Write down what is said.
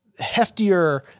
heftier